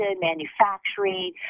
manufacturing